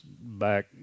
back